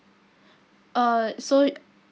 uh so